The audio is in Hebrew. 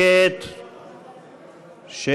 שקט.